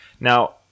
Now